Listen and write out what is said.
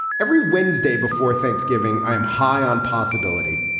every wednesday before thanksgiving, i am high on possibility.